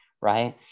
right